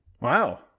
wow